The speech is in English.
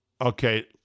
Okay